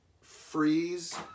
Freeze